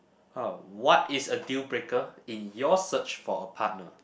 how what is a deal breaker in your search for a partner